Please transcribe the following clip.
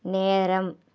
நேரம்